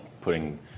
putting